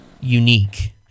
Unique